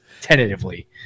tentatively